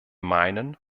meinen